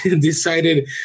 decided